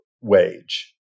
wage